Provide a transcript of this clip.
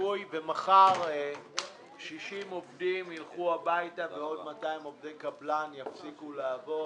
סיכוי ומחר 60 עובדים ילכו הביתה ועוד 200 עובדי קבלן יפסיקו לעבוד.